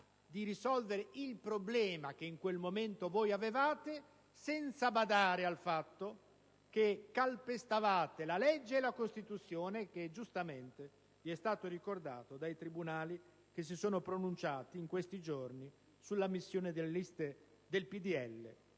di risolvere il problema che in quel momento avevate senza badare al fatto che calpestavate la legge e la Costituzione, come giustamente vi è stato ricordato dai tribunali che si sono pronunciati in questi giorni sull'ammissione delle liste del PdL